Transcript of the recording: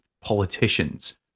politicians